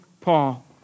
Paul